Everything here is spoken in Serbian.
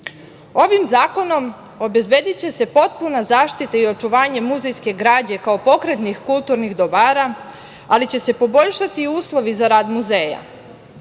zakonom obezbediće se potpuna zaštita i očuvanje muzejske građe, kao pokretnih kulturnih dobara, ali će se poboljšati uslovi za rad muzeja.